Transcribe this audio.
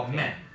men